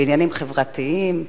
בעניינים חברתיים.